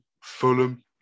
Fulham